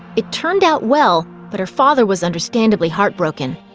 it turned out well, but her father was understandably heartbroken.